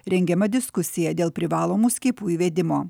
rengiama diskusija dėl privalomų skiepų įvedimo